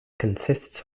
consists